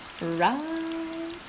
Right